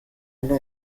eine